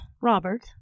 Robert